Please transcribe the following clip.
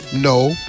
No